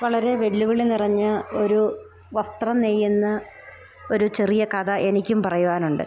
വളരെ വെല്ലുവിളി നിറഞ്ഞ ഒരു വസ്ത്രം നെയ്യുന്ന ഒരു ചെറിയ കഥ എനിക്കും പറയുവാനുണ്ട്